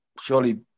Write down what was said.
surely